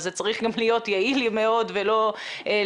אז זה צריך גם להיות יעיל מאוד ולא לצרוך